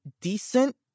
decent